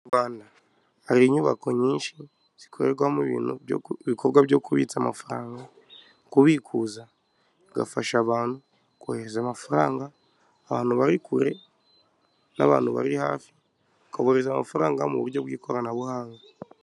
Mu Rwanda hari inyubako nyinshi zikorerwamo ibikorwa byo kubitsa amafaranga, kubikuza, bigafasha abantu kohereza amafaranga, abantu bari kure n'abantu bari hafi, ukaboherereza amafaranga mu buryo bw'ikoranabuhanga.